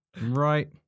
Right